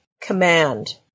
command